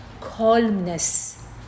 calmness